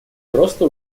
просто